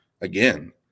again